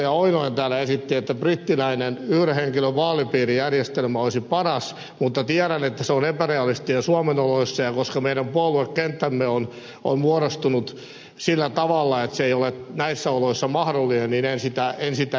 lauri oinonen täällä esitti että brittiläinen yhden henkilön vaalipiirijärjestelmä olisi paras mutta tiedän että se on epärealistinen suomen oloissa ja koska meidän puoluekenttämme on muodostunut sillä tavalla että se ei ole näissä oloissa mahdollinen en sitä esitä